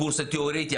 הקורס התיאורטי,